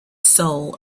soul